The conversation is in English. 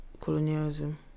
colonialism